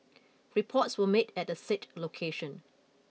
reports were made at the said location